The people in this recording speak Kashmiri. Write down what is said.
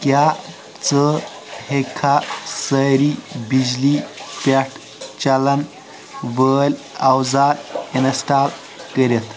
کیٛاہ ژٕ ہیٚکھا سٲری بِجلی پیٚٹھ چَلن وٲلۍ اَوزار اِنِسٹال کٔرِتھ